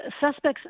suspects